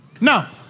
Now